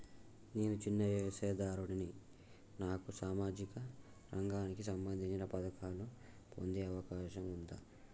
నేను చిన్న వ్యవసాయదారుడిని నాకు సామాజిక రంగానికి సంబంధించిన పథకాలు పొందే అవకాశం ఉందా?